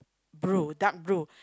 blue dark blue